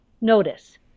Notice